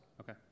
okay